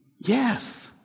Yes